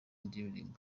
ndirimbo